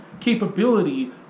capability